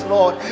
Lord